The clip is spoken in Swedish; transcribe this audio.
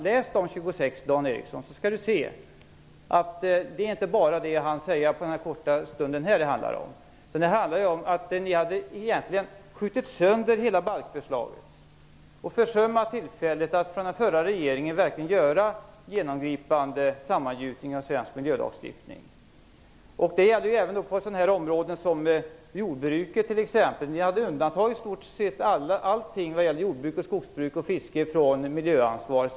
Läs dem, Dan Ericsson. Det är inte så som Dan Ericsson här säger. Ni hade egentligen skjutit sönder hela balkförslaget och försummat tillfället att verkligen göra en genomgripande sammangjutning av svensk miljölagstiftning. Det gäller även sådana områden som jordbruket. Ni hade undantagit i stort sett allting vad gäller jordbruk, skogsbruk och fiske från miljöansvaret.